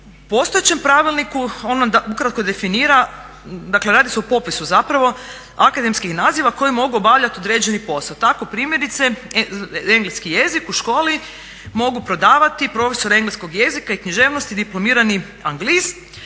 postojećem pravilniku on ukratko definira, dakle radi se o popisu zapravo akademskih naziva koji mogu obavljat određeni posao. Tako primjerice engleski jezik u školi mogu predavati profesor engleskog jezika i književnosti, diplomirani anglist.